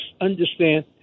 understand